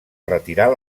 retirar